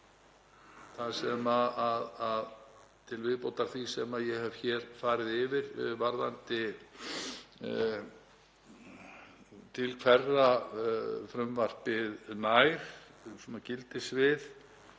útskýringa, til viðbótar því sem ég hef hér farið yfir varðandi til hverra frumvarpið nær, gildissvið